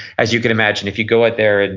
as you can imagine, if you go out there, and